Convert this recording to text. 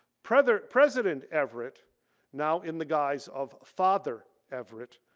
president president everett now in the guise of father everett,